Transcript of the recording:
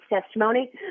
testimony